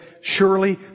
Surely